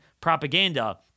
propaganda